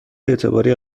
اعتباری